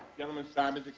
gentleman's time